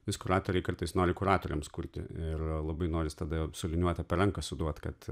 vis kuratoriai kartais nori kuratoriams kurti ir labai noris tada su liniuote per ranką suduot kad